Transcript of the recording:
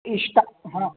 स्टा हाँ